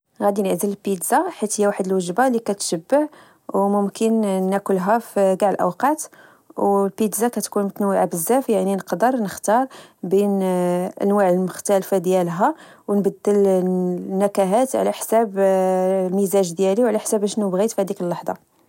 غدي نعزل البيتزا، حيت هي واحد الوجبة اللي كتشبع وممكن نكلها فچاع الأوقات، و البيتزا كتكون متنوعة بزاف، يعني نقدر نختار بين أنواع مختلفة ديالها، ونبدل النكهات على حساب المزاج ديالي وعلى حساب أشنو بغيت في هديك اللحظة